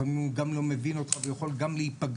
לפעמים הוא גם לא מבין אותך ויכול גם להיפגע